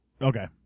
Okay